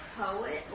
poet